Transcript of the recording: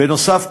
בנוסף,